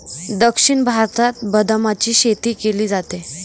दक्षिण भारतात बदामाची शेती केली जाते